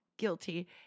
guilty